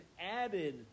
added